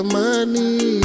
money